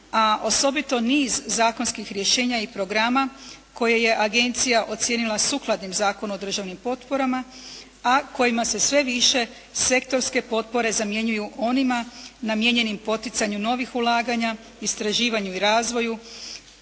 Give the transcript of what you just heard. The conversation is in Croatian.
a osobito niz zakonskih rješenja i programa koje je agencija ocijenila sukladnim Zakonu o državnim potporama a kojima se sve više sektorske potpore zamjenjuju onima namijenjenim poticanju novih ulaganja, istraživanju i razvoju